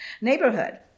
neighborhood